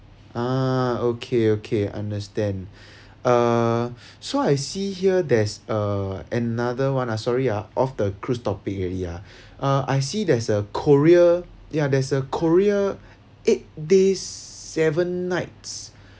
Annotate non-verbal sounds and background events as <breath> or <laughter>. ah okay okay understand <breath> uh <breath> so I see here there's a another one ah sorry ah off the cruise topic already ah <breath> uh I see there's a korea ya there's a korea eight days seven nights